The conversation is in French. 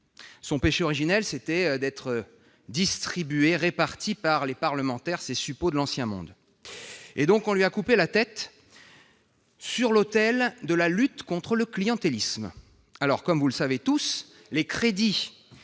Son péché originel était d'être distribuée par les parlementaires, ces suppôts de l'ancien monde. On lui a donc coupé la tête sur l'autel de la lutte contre le clientélisme. Comme vous le savez, tous les crédits